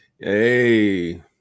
hey